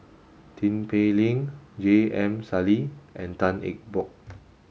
Tin Pei Ling J M Sali and Tan Eng Bock